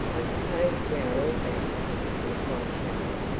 i suppose we are all bad replied charlotte.